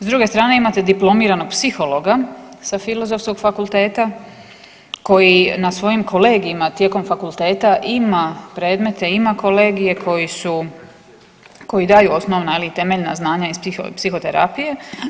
S druge strane imate diplomiranog psihologa sa Filozofskog fakulteta koji na svojim kolegijima tijekom fakulteta ima predmete, ima kolegije koji daju osnovna, temeljna znanja iz psihoterapije.